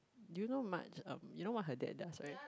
do you know Marg um you know what her dad does right